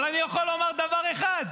אבל אני יכול לומר דבר אחד: